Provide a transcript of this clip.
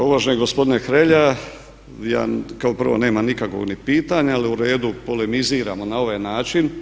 Pa uvaženi gospodine Hrelja, ja kao prvo nemam nikakvog ni pitanja, ali u redu, polemiziramo na ovaj način.